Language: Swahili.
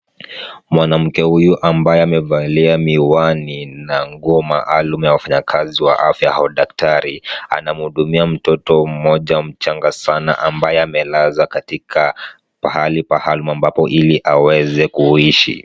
Mwanamke huyu ambaye amevalia miwani na nguo maalum ya wafanyakazi wa afya au daktari anamhudumia mtoto mmoja mchanga sana ambaye amelaza katika pahali maalumu ambapo ili aweze kuishi.